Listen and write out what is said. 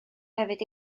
hefyd